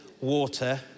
water